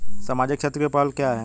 सामाजिक क्षेत्र की पहल क्या हैं?